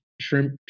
Shrimp